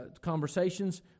conversations